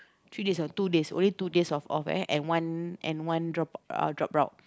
three days or two days only two days of off right and one and one drop uh drop route